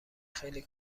خیلی